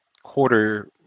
Quarter